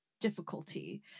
difficulty